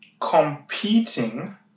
competing